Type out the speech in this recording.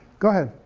go ahead.